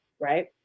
right